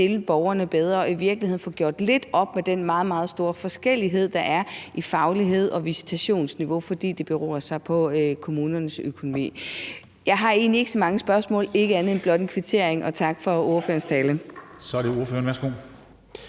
borgerne bedre og i virkeligheden få gjort lidt op med den meget, meget store forskellighed, der er, i faglighed og visitationsniveau, fordi det beror på kommunernes økonomi. Jeg har egentlig ikke så mange spørgsmål, men vil blot kvittere og takke for ordførerens tale. Kl. 11:42 Formanden (Henrik